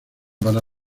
para